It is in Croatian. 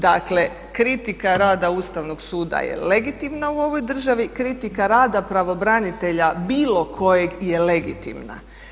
Dakle kritika rada Ustavnog suda je legitimna u ovoj državi, kritika rada pravobranitelja bilo kojeg je legitimna.